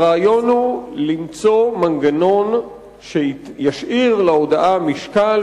הרעיון הוא למצוא מנגנון שישאיר להודאה משקל,